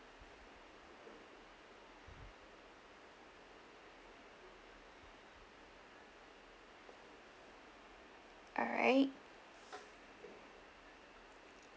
alright